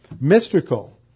mystical